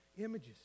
images